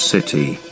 City